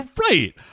Right